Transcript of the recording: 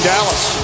Dallas